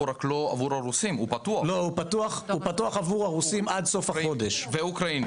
רק לא פתוח בשביל הרוסים והאוקראינים.